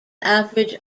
average